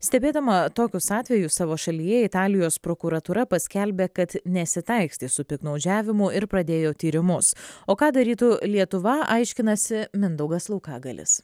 stebėdama tokius atvejus savo šalyje italijos prokuratūra paskelbė kad nesitaikstys su piktnaudžiavimu ir pradėjo tyrimus o ką darytų lietuva aiškinasi mindaugas laukagalis